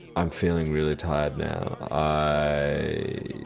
i'm feeling really tired now. i